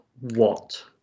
what-